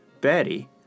Betty